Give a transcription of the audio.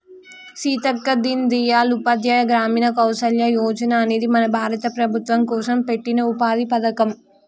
సీతక్క దీన్ దయాల్ ఉపాధ్యాయ గ్రామీణ కౌసల్య యోజన అనేది మన భారత ప్రభుత్వం కోసం పెట్టిన ఉపాధి పథకం